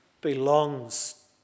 belongs